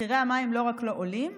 מחירי המים לא רק לא עולים,